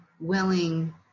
willing